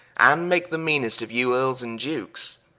and make the meanest of you earles and dukes?